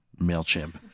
mailchimp